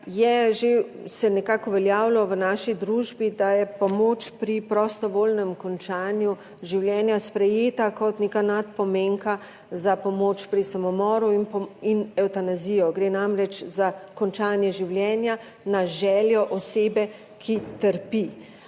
je že se nekako uveljavilo v naši družbi, da je pomoč pri prostovoljnem končanju življenja sprejeta kot neka nadpomenka za pomoč pri samomoru in evtanazijo, gre namreč za končanje življenja na željo osebe, ki trpi.